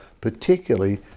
particularly